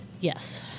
Yes